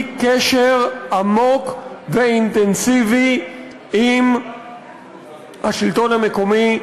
קשר עמוק ואינטנסיבי עם השלטון המקומי,